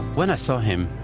when i saw him,